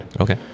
Okay